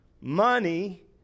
money